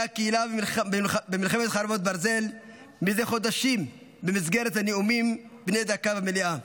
הקהילה במלחמת חרבות ברזל במסגרת נאומים בני דקה במליאה,